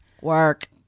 Work